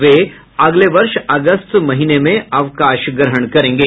वे अगले वर्ष अगस्त महीने में अवकाश ग्रहण करेंगे